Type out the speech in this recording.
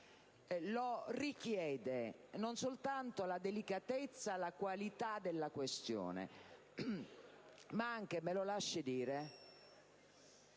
Lo richiede non soltanto la delicatezza e la qualità della questione ma anche - me lo lasci dire